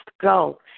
go